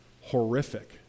horrific